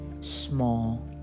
small